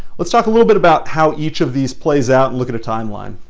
let's talk a little bit about how each of these plays out and look at a timeline.